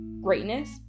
greatness